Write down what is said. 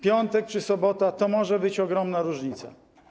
Piątek czy sobota - to może być ogromna różnica.